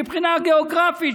מבחינה גיאוגרפית,